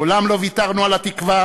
מעולם לא ויתרנו על התקווה,